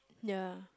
ya